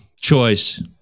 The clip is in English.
choice